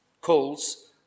calls